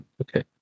Okay